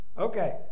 Okay